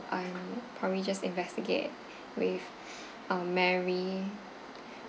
um probably just investigate with um mary